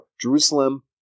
Jerusalem